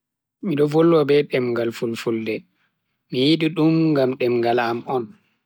Mido volwa be demngal fulfulde, yidi dum ngam demngal am on